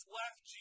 left